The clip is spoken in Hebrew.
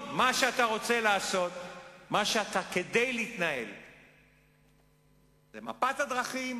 מה שאתה רוצה לעשות כדי להתנהל, זה מפת הדרכים